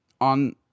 on